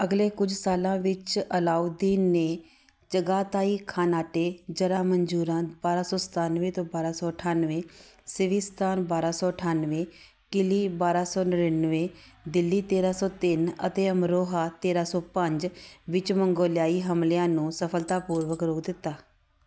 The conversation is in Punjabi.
ਅਗਲੇ ਕੁਝ ਸਾਲਾਂ ਵਿੱਚ ਅਲਾਊਦੀਨ ਨੇ ਚਗਾਤਾਈ ਖਾਨਾਟੇ ਜਰਾਂ ਮੰਜੂਰਾਂ ਬਾਰ੍ਹਾਂ ਸੌ ਸਤਾਨਵੇਂ ਤੋਂ ਬਾਰ੍ਹਾਂ ਸੌ ਅਠਾਨਵੇਂ ਸਿਵੀਸਤਾਨ ਬਾਰ੍ਹਾਂ ਸੌ ਅਠਾਨਵੇਂ ਕਿਲੀ ਬਾਰ੍ਹਾਂ ਸੌ ਨੜ੍ਹਿਨਵੇਂ ਦਿੱਲੀ ਤੇਰ੍ਹਾਂ ਸੌ ਤਿੰਨ ਅਤੇ ਅਮਰੋਹਾ ਤੇਰ੍ਹਾਂ ਸੌ ਪੰਜ ਵਿੱਚ ਮੰਗੋਲਿਆਈ ਹਮਲਿਆਂ ਨੂੰ ਸਫ਼ਲਤਾਪੂਰਵਕ ਰੋਕ ਦਿੱਤਾ